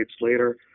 later